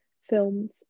films